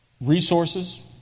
resources